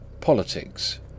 Politics